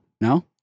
No